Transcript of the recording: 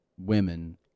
women